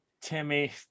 Timmy